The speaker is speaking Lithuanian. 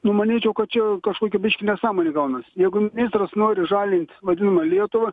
nu manyčiau kad čia kažkokia biški nesąmonė gaunasi jeigu ministras nori žalint vadinamą lietuvą